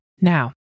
Now